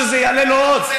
זה יעלה לו עוד.